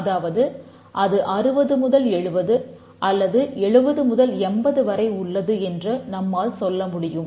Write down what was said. அதாவது அது 60 முதல் 70 அல்லது 70 முதல் 80 வரை உள்ளது என்று நம்மால் சொல்லமுடியும்